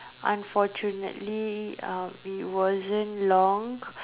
unfortunately uh it wasn't long